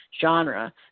genre